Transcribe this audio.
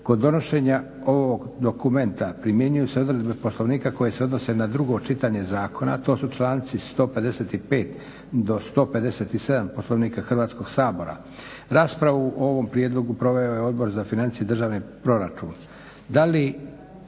Kod donošenja ovog dokumenta primjenjuju se odredbe Poslovnika koje se odnose na 2 čitanje zakona, a to su članci 155. do 157. Poslovnika Hrvatskog sabora. Raspravu o ovom prijedlogu proveo je Odbor za financije i državni proračun.